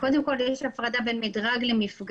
קודם כל, יש הפרדה בין מִדרג למפגע.